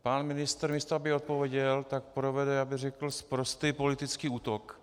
Pan ministr, místo aby odpověděl, tak provede, já bych řekl, sprostý politický útok.